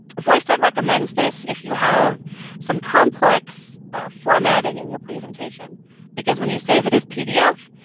voicethread recommends this if you have some complex formatting in your presentation because when you save it as pdf,